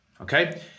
okay